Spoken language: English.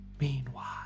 Meanwhile